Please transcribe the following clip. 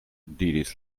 diris